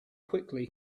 quickly